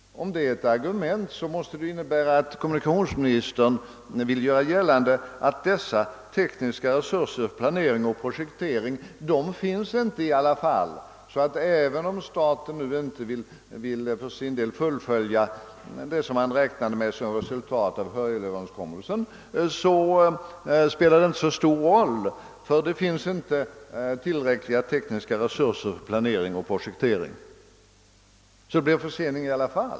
Om det är ett argument måste det innebära, att kommunikationsministern vill göra gällande, att dessa tekniska resurser för planering och projektering inte finns, så att även om staten nu inte vill för sin del fullfölja det som man räknade med som resultat av Hörjelöverenskommelsen spelar detta inte så stor roll; det blir i alla fall förseningar.